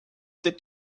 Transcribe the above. did